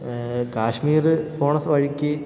കാശ്മീർ പോണ വഴിക്ക്